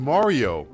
Mario